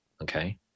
Okay